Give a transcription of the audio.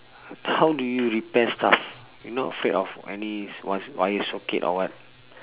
how do you repair stuff you not afraid of any wi~ wire socket or what